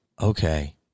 okay